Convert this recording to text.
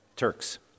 Turks